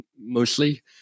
mostly